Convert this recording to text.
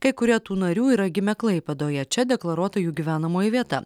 kai kurie tų narių yra gimę klaipėdoje čia deklaruota jų gyvenamoji vieta